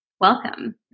welcome